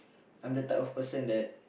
I'm the type of person that